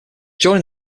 during